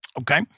Okay